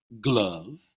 glove